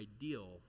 ideal